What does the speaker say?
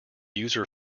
user